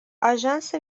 آژانس